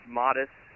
modest